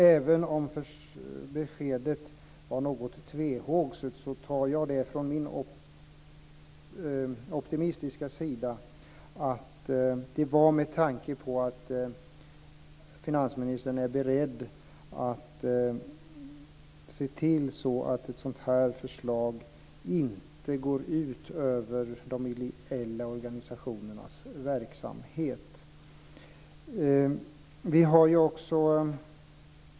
Även om beskedet var något tvehågset tolkar jag det optimistiskt som att finansministern är beredd att se till att ett sådant förslag inte går ut över de ideella organisationernas verksamhet.